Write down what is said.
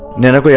naina,